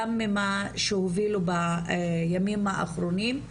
גם ממה שהובילו בימים האחרונים,